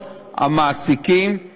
והתריס כלפי טוינבי עמיתו,